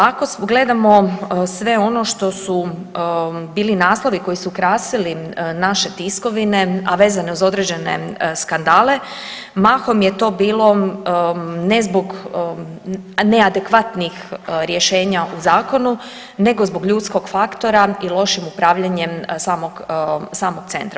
Ako gledamo sve ono što su bili naslovi koji su krasili naše tiskovine, a vezano za određene skandale mahom je to bilo ne zbog neadekvatnih rješenja u zakonu nego zbog ljudskog faktora i lošim upravljanjem samog centra.